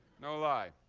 no lie.